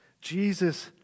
Jesus